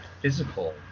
physical